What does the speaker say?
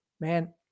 man